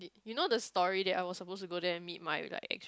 you know the story that I was suppose to go there and meet my like